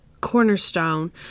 cornerstone